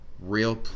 real